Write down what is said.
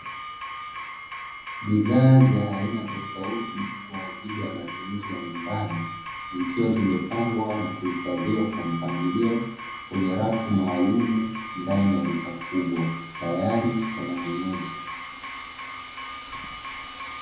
Bidhaa za aina tofauti kwa ajili ya matumizi ya nyumbani, zikiwa zimepangwa na kuhifadhiwa kwa mpangilio kwenye rafu maalumu ndani ya duka kubwa tayari kwa manunuzi.